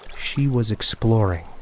she was exploring